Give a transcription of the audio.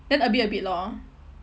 then a bit a bit lor